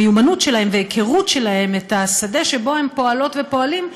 המיומנות שלהם וההיכרות שלהם עם השדה שבו הם פועלות ופועלים,